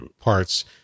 parts